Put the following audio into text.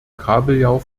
kabeljau